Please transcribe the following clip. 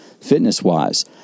fitness-wise